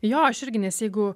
jo aš irgi nes jeigu